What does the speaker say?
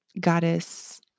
goddess